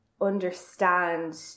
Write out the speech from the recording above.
understand